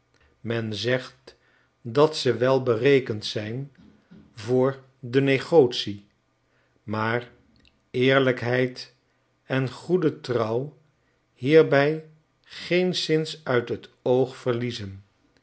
men zegt dat ze wel berekend zijn voor de negotie maar eerlijkheid en goede trouw hierbij geenszins uit het oog verliezen